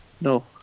No